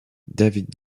david